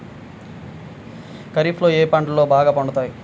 ఖరీఫ్లో ఏ పంటలు బాగా పండుతాయి?